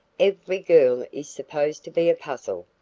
every girl is supposed to be a puzzle,